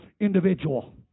individual